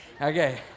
Okay